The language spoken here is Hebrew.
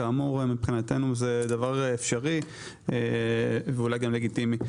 כאמור, מבחינתנו זה דבר אפשרי ואולי גם לגיטימי.